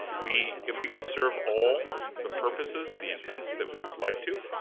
we, if we could serve all the purposes, the intents that we would like to,